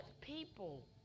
people